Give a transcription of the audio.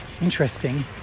interesting